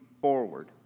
forward